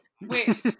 wait